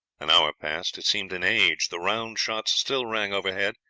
an hour passed it seemed an age. the round shots still rang overhead,